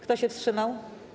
Kto się wstrzymał?